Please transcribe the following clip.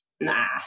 nah